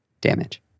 damage